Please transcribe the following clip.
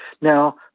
Now